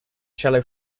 shallow